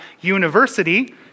university